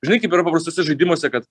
žinai kaip yra paprastuose žaidimuose kad